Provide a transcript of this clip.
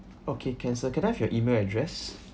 okay can sir can I have your email address